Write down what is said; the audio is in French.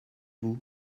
vous